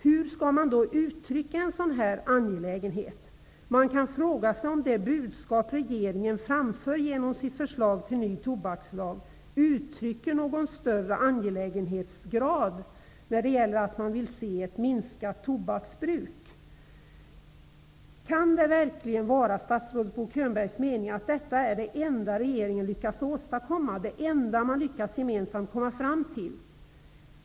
Hur skall man då uttrycka en sådan angelägenhet? Man kan fråga sig om det budskap som regeringen framför genom sitt förslag till ny tobakslag uttrycker någon högre angelägenhetsgrad i önskemålet om att se en minskning av tobaksbruket. Kan det verkligen vara statsrådet Bo Könbergs mening att detta är det enda som regeringen lyckats åstadkomma, det enda som man lyckats gemensamt komma fram till?